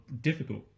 difficult